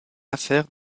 affaire